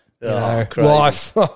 life